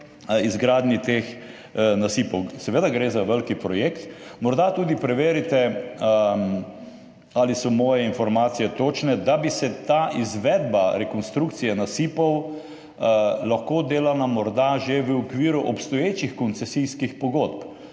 izgradnji teh nasipov. Seveda gre za velik projekt. Morda tudi preverite, ali so moje informacije točne, da bi se ta izvedba rekonstrukcije nasipov lahko delala morda že v okviru obstoječih koncesijskih pogodb.